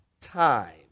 time